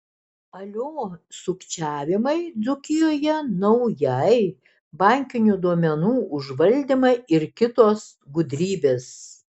alio sukčiavimai dzūkijoje naujai bankinių duomenų užvaldymai ir kitos gudrybės